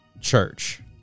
church